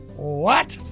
what!